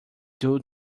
due